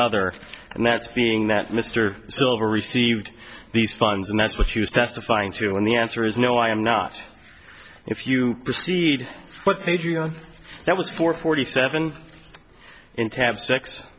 other and that's being that mr silver received these funds and that's what she was testifying to and the answer is no i am not if you proceed what they do you know that was for forty seven in ta